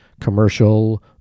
commercial